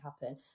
happen